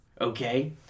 Okay